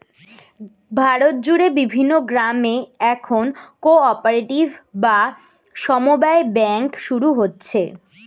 ভারত জুড়ে বিভিন্ন গ্রামে এখন কো অপারেটিভ বা সমব্যায় ব্যাঙ্ক শুরু হচ্ছে